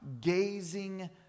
gazing